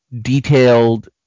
detailed